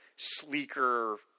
sleeker